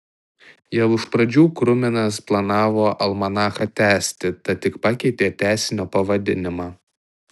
jau iš pradžių kruminas planavo almanachą tęsti tad tik pakeitė tęsinio pavadinimą